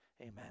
Amen